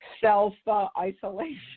self-isolation